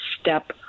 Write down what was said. step